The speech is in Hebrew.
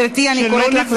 גברתי, אני קוראת אותך לסדר.